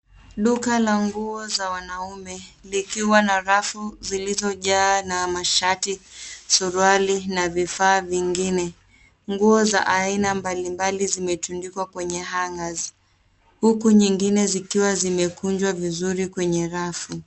Duka la nguo za wanaume likiwa na rafu zilizojaa na mashati, suruali na vifaa vingine. Nguo za aina mbalimbali zimetundikwa kwenye hangers huku nyingine zikiwa zimekunjwa vizuri kwenye rafu.